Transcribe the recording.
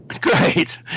Great